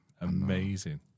amazing